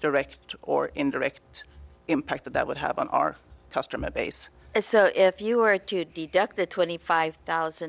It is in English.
direct or indirect impact that that would have on our customer base so if you were to deduct the twenty five thousand